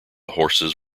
horses